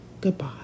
goodbye